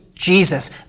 jesus